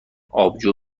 آبجو